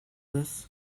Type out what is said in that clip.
this